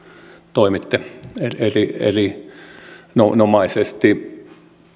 toimitte erinomaisesti